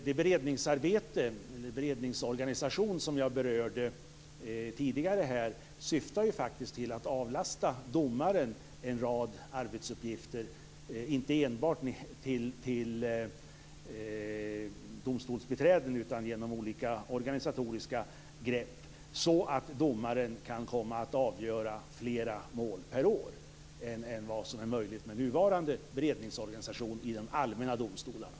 Den beredningsorganisation som jag tidigare berörde syftar ju faktiskt till att avlasta domaren en rad arbetsuppgifter, inte enbart med hjälp av domstolsbiträden utan genom olika organisatoriska grepp, för att domaren skall kunna avgöra fler mål per år än vad som är möjligt med nuvarande beredningsorganisation i de allmänna domstolarna.